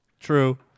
True